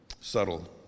subtle